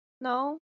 No